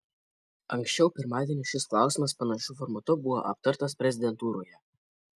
anksčiau pirmadienį šis klausimas panašiu formatu buvo aptartas prezidentūroje